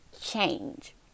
change